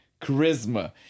Charisma